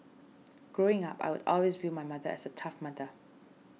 growing up I would always viewed my mother as a tough mother